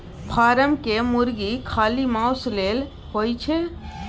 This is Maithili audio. फारम केर मुरगी खाली माउस लेल होए छै